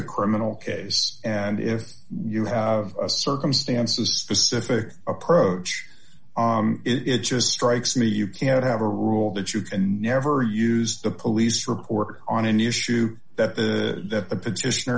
a criminal case and if you have a circumstance a specific approach it just strikes me you can't have a rule that you can never use the police report on an issue that the that the petition